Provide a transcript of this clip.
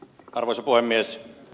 arvoisa puhemies